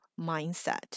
mindset